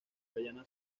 guayana